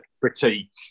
critique